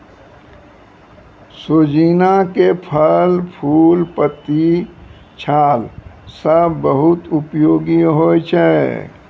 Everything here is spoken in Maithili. सोजीना के फल, फूल, पत्ती, छाल सब बहुत उपयोगी होय छै